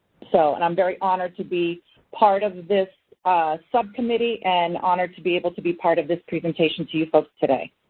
so, and i'm very honored to be part of this subcommittee and honored to be able to part of this presentation to you folks today.